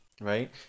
right